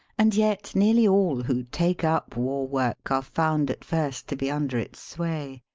and yet nearly all who take up war-work are found at first to be under its sway.